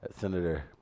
Senator